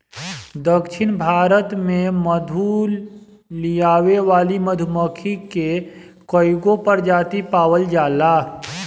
दक्षिण भारत में मधु लियावे वाली मधुमक्खी के कईगो प्रजाति पावल जाला